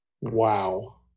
Wow